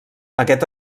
aquest